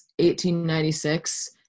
1896